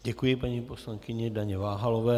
Děkuji paní poslankyni Daně Váhalové.